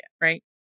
right